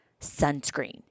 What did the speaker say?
sunscreen